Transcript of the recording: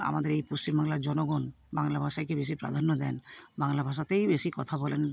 আমাদের এই পশ্চিমবাংলার জনগণ বাংলা ভাষাকে বেশি প্রাধান্য দেন বাংলা ভাষাতেই বেশি কথা বলেন